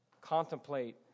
contemplate